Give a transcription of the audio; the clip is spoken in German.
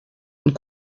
und